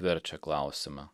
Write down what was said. verčia klausimą